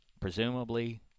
Presumably